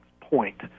point